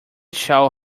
shall